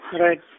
Right